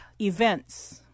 Events